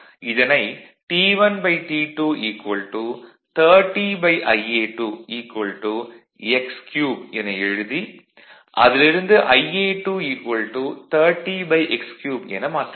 இதனை T1T2 30Ia2 x3 என எழுதி அதிலிருந்து Ia2 30x3 என மாற்றலாம்